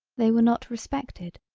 they were not respected.